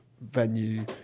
venue